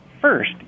first